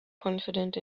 confident